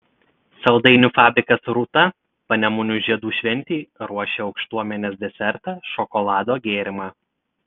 saldainių fabrikas rūta panemunių žiedų šventei ruošia aukštuomenės desertą šokolado gėrimą